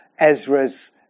Ezra's